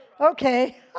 Okay